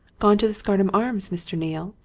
gone to the scarnham arms, mr. neale,